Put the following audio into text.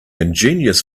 ingenious